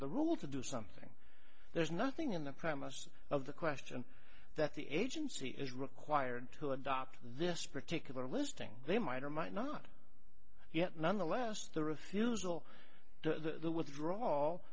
the rule to do something there's nothing in the premises of the question that the agency is required to adopt this particular listing they might or might not yet nonetheless the refusal to withdraw